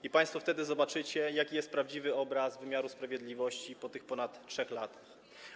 I państwo wtedy zobaczycie, jaki jest prawdziwy obraz wymiaru sprawiedliwości po tych ponad 3 latach.